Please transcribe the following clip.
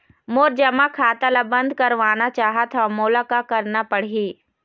मोर जमा खाता ला बंद करवाना चाहत हव मोला का करना पड़ही?